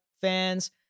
fans